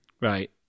right